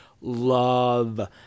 love